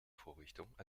vorrichtung